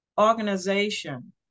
organization